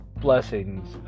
blessings